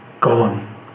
gone